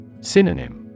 Synonym